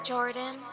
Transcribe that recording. Jordan